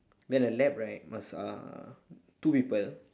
then the lab right must uh two people